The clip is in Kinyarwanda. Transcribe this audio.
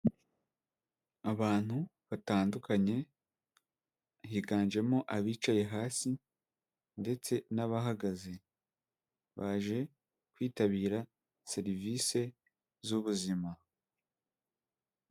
Abantu batandukanye, higanjemo abicaye hasi ndetse n'abahagaze. Baje kwitabira serivise z'ubuzima.